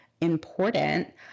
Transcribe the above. important